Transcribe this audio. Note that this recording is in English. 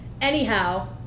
Anyhow